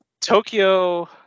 Tokyo